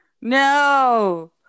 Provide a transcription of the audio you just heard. no